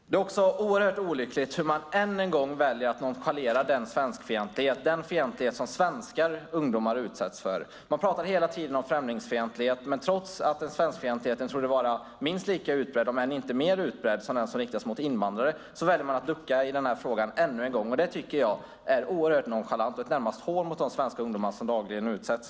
Det är också oerhört olyckligt hur man än en gång väljer att nonchalera svenskfientligheten, den fientlighet som svenska ungdomar utsätts för. Man pratar hela tiden om främlingsfientlighet. Trots att svenskfientligheten torde vara minst lika utbredd om inte mer utbredd än den som riktas mot invandrare väljer man att ducka i den här frågan ännu en gång. Det tycker jag är oerhört nonchalant och närmast ett hån mot de svenska ungdomar som dagligen utsätts.